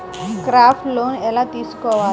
Crop loan ఎలా తీసుకోవాలి?